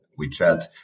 WeChat